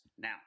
Now